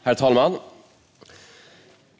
Herr talman!